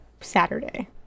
Saturday